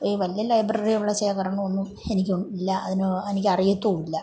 ഈ വലിയ ലൈബ്രറി ഉള്ള ശേഖരണമൊന്നും എനിക്ക് ഇല്ല അതിന് എനിക്കറിയത്തുമില്ല